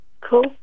Cool